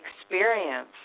experience